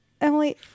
Emily